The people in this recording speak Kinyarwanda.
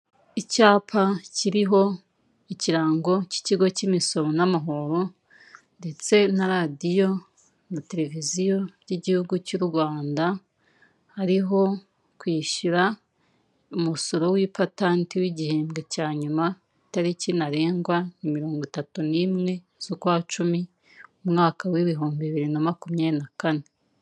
Icyapa kiriho ikirango cy'ikigo cy'imisoro n'amahoro, ndetse na radiyo na televiziyo by'igihugu cy'u Rwanda, hariho kwishyura umusoro w'ipatanti w'igihembwe cya nyuma, itariki ntarengwa mirongo itatu n'imwe z'ukwa cumi umwaka w'ibihumbi bibiri na makumyabiri na kane.